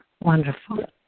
Wonderful